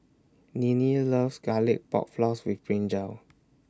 Ninnie loves Garlic Pork Floss with Brinjal